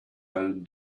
own